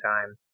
time